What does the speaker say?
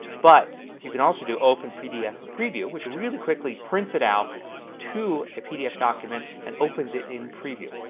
but you can also do open pdf in preview which really quickly prints it out to a pdf document that and opens it in preview.